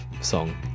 song